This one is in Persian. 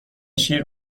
شیر